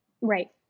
Right